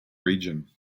region